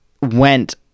went